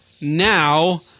now